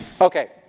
Okay